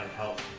help